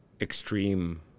extreme